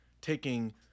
taking